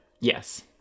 Yes